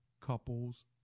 Couples